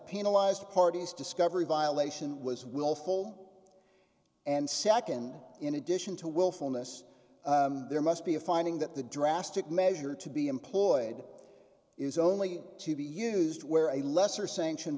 penalized parties discovery violation was willful and second in addition to willfulness there must be a finding that the drastic measure to be employed is only to be used where a lesser sanction